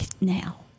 now